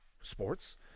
sports